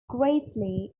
greatly